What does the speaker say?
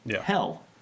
hell